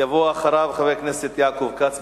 יבוא אחריו, חבר הכנסת יעקב כץ.